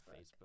Facebook